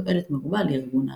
תועלת מרובה לארגון ההגנה.